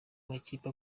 makipe